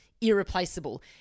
irreplaceable